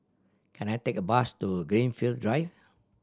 can I take a bus to Greenfield Drive